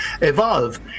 evolve